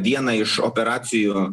vieną iš operacijų